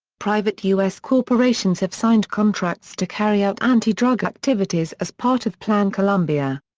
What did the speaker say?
private u s. corporations have signed contracts to carry out anti-drug activities as part of plan colombia.